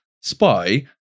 Spy